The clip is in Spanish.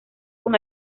con